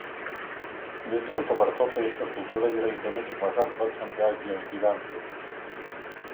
vis dėlto vartotojiška kultūra yra įdomi tik mažam procentui azijos gyventojų